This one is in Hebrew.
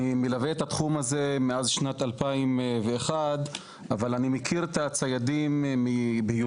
אני מלווה את התחום הזה מאז שנת 2001 אבל אני מכיר את הציידים בהיותי